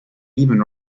even